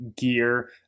gear